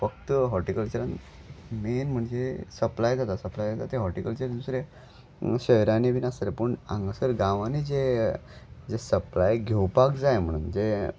फक्त हॉर्टीकल्चरान मेन म्हणजे सप्लाय जाता सप्लाय जाता ते हॉटीकल्चर दुसऱ्या शहरांनी बीन आसतले पूण हांगासर गांवांनी जे जे सप्लाय घेवपाक जाय म्हणून जे